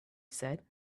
said